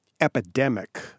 epidemic